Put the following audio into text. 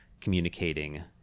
communicating